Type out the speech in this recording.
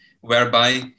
whereby